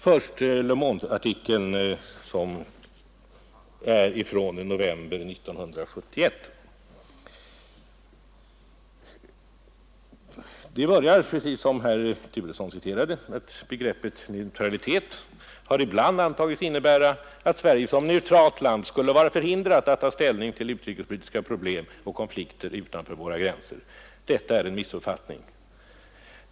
När det först gäller Le Monde-artikeln från november 1971 har jag skrivit, precis som herr Turesson citerade: ”Begreppet neutralitet har ibland antagits innebära att Sverige som neutralt land skulle vara förhindrat att ta ställning till utrikespolitiska problem och konflikter utanför våra gränser. Detta är en missuppfattning.